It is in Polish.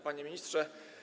Panie Ministrze!